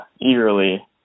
eagerly